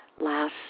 last